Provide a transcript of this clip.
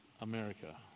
America